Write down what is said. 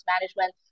management